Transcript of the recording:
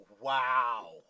Wow